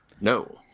No